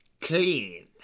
Clean